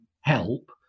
help